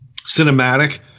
cinematic